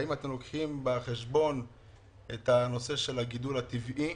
האם אתם לוקחים בחשבון את הגידול הטבעי?